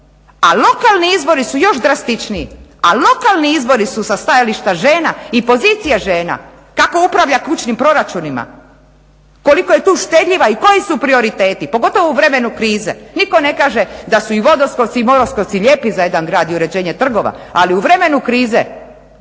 A lokalni izbori su još su drastičniji, a lokalni izbori su sa stajališta žena i pozicija žena. Kako upravlja kućnim proračunima? Koliko je tu štedljiva i koji su to prioriteti pogotovo u vremenu krize? Nitko ne kaže da su i vodoskoci i monoskoci lijepi za jedan grad i uređenje trgova ali u vremenu krize